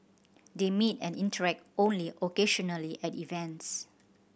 they meet and interact only occasionally at events